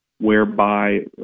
whereby